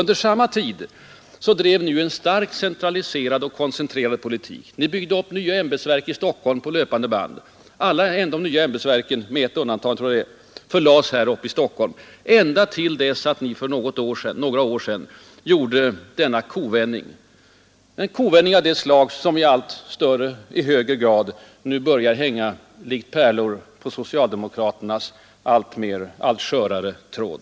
Under samma tid drev ni en starkt centraliserad koncentrationspolitik. Ni byggde upp nya ämbetsverk i Stockholm på löpande band; ända tills ni för några år sedan gjorde en kovändning, en kovändning av det slag som i allt större utsträckning börjat hängas likt pärlor på socialdemokraternas allt skörare tråd.